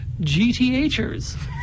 GTHers